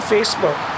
Facebook